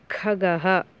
खगः